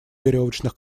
веревочных